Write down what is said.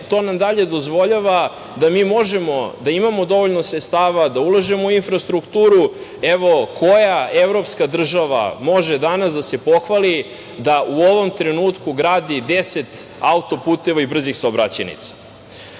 to nam dalje dozvoljava da mi možemo da imamo dovoljno sredstava da ulažemo u infrastrukturu. Evo koja evropska država može danas da se pohvali da u ovom trenutku gradi 10 autoputeva i brzih saobraćajnica. Mi